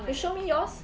you show me yours